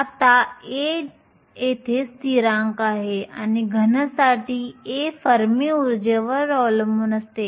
आता A येथे स्थिरांक आहे आणि घनसाठी A फर्मी उर्जेवर अवलंबून असते